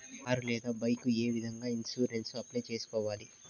car లేదా bike ఏ విధంగా ఇన్సూరెన్సు అప్లై సేసుకోవాలి